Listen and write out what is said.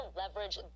leverage